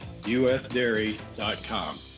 usdairy.com